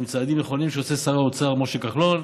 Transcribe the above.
עם צעדים נכונים שעושה שר האוצר משה כחלון,